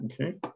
okay